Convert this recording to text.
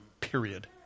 period